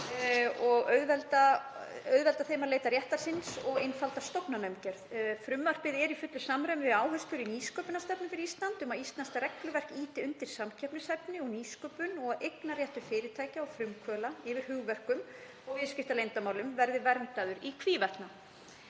og auðvelda þeim að leita réttar síns og einfalda stofnanaumgjörð. Frumvarpið er í fullu samræmi við áherslur í nýsköpunarstefnu fyrir Ísland um að íslenskt regluverk ýti undir samkeppnishæfni og nýsköpun og að eignarréttur fyrirtækja og frumkvöðla yfir hugverkum og viðskiptaleyndarmálum verði verndaður í hvívetna.